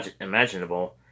imaginable